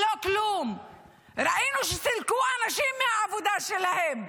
ראינו שסילקו אנשים מהעבודה שלהם,